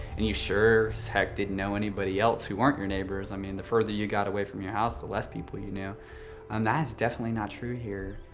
and you sure as heck didn't know anybody else who weren't your neighbors. i mean, the further you got away from your house, the less people you and um that is definitely not true here.